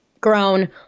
grown